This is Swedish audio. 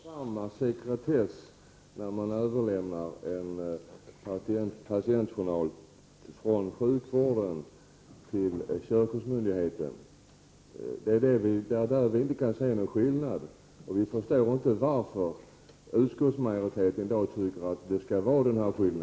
Fru talman! Vi begär att det skall vara samma sekretess som inom sjukvården, när en patientjournal överlämnas till körkortsmyndigheten. Vi kan inte se att det finns något skäl för den skillnad som utskottsmajoriteten tycker att det skall vara.